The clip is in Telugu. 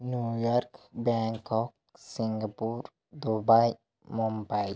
New York Bangkok Singapore Dubai Mumbai